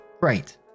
great